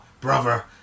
brother